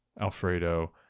Alfredo